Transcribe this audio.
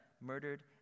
murdered